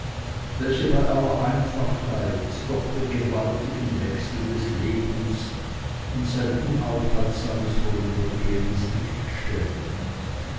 welche bei aller einfachheit doch den gewaltigen wechsel des lebens und sein unaufhaltsames vor übergehen ins licht stellten